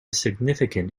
significant